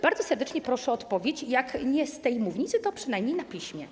Bardzo serdecznie proszę o odpowiedź, jeśli nie z tej mównicy, to przynajmniej na piśmie.